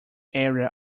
area